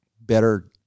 better